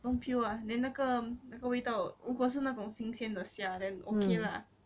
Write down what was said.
don't peel ah then 那个那个味道如果是那种新鲜的虾 then okay lah mm